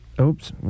Oops